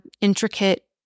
intricate